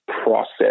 process